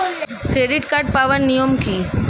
Credit card পাওয়ার নিয়ম কী?